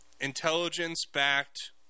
intelligence-backed